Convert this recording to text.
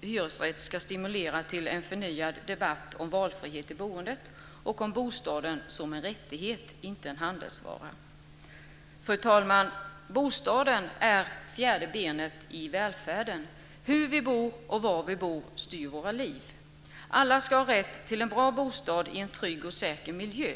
hyresrätt ska stimulera till en förnyad debatt om valfrihet i boendet och om bostaden som en rättighet inte en handelsvara. Fru talman! Bostaden är fjärde benet i välfärden. Hur vi bor och var vi bor styr våra liv. Alla ska ha rätt till en bra bostad i en trygg och säker miljö.